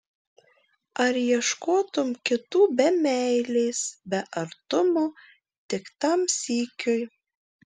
ar ieškotum kitų be meilės be artumo tik tam sykiui